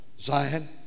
Zion